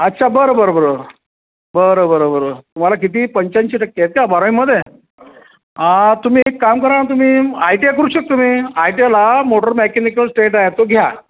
अच्छा बरं बरं बरं बरं बरं बरं बरं तुम्हाला किती पंचाऐंशी टक्के आहेत का बारावीमध्ये आ तुम्ही एक काम करा ना तुम्ही आय टी आय करू शकता तुम्ही आय टी आयला मोटर मेकॅनिकल स्टेट आहे तो घ्या